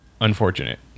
unfortunate